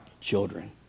children